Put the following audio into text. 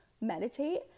meditate